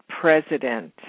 president